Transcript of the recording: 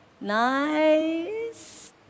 nice